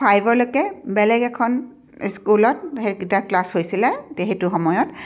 ফাইভলৈকে বেলেগ এখন স্কুলত সেইকেইটা ক্লাছ হৈছিলে তে সেইটো সময়ত